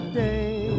day